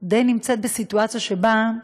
נמצאת בסיטואציה שבה,